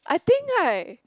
I think right